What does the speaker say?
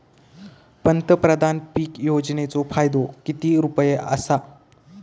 पंतप्रधान पीक योजनेचो फायदो किती रुपये आसा?